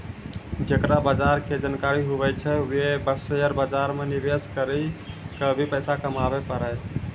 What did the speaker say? जेकरा बजार के जानकारी हुवै छै वें शेयर बाजार मे निवेश करी क भी पैसा कमाबै पारै